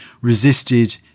resisted